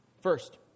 First